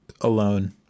Alone